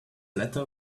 letter